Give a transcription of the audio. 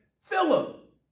Philip